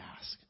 ask